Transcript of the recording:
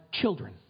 children